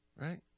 right